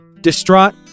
Distraught